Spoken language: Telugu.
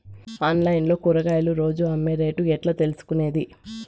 ఆన్లైన్ లో కూరగాయలు రోజు అమ్మే రేటు ఎట్లా తెలుసుకొనేది?